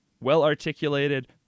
well-articulated